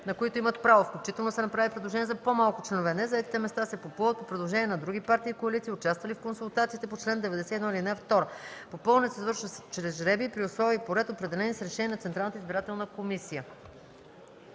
на които имат право, включително са направили предложения за по-малко членове, незаетите места се попълват по предложение на други партии и коалиции, участвали в консултациите по чл. 91, ал. 2. Попълването се извършва чрез жребий при условия и по ред, определени с решение на Централната избирателна комисия.”